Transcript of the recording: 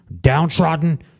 downtrodden